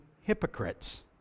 hypocrites